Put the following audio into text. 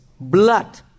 blood